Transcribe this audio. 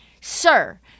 Sir